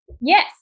yes